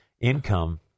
income